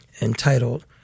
entitled